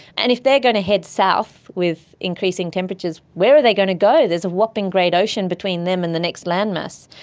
and if they are going to head south with increasing temperatures, where are they going to go? there is a whopping great ocean between them and the next land mass.